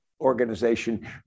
organization